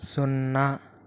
సున్నా